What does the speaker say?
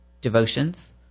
devotions